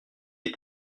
est